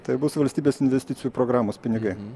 tai bus valstybės investicijų programos pinigai